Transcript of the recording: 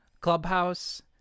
Clubhouse